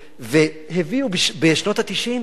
והביאו, בשנות ה-90,